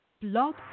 blog